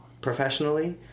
professionally